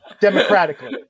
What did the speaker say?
democratically